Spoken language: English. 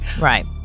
Right